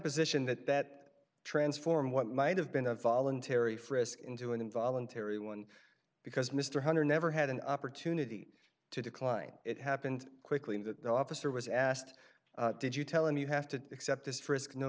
position that that transformed what might have been a voluntary frisk into an involuntary one because mr hunter never had an opportunity to decline it happened quickly that the officer was asked did you tell him you have to accept this risk no